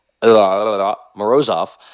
Morozov